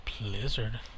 Blizzard